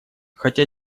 хотя